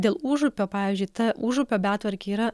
dėl užupio pavyzdžiui ta užupio betvarkė yra